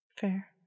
Fair